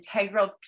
integral